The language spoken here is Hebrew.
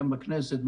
גם בכנסת,